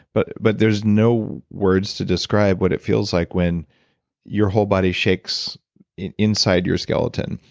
but but there's no words to describe what it feels like when your whole body shakes inside your skeleton.